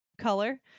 color